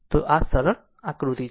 તો આ સરળ આકૃતિ છે